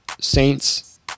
Saints